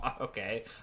okay